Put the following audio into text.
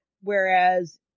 whereas